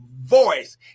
voice